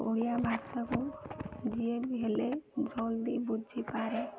ଓଡ଼ିଆ ଭାଷାକୁ ଯିଏ ବି ହେଲେ ଜଲ୍ଦି ବୁଝିପାରେ